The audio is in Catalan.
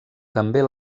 també